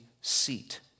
seat